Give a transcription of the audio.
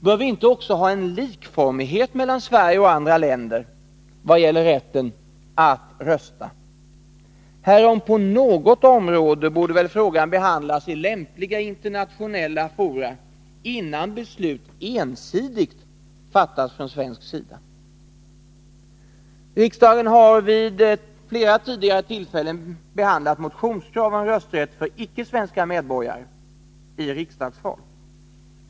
Bör vi inte ha en likformighet mellan Sverige och andra länder vad gäller rätten att rösta? Här om på något område borde väl frågan behandlas i lämpliga internationella fora, innan beslut ensidigt fattas från svensk sida. Riksdagen har vid flera tidigare tillfällen behandlat motioner med krav på rösträtt för icke svenska medborgare i riksdagsval.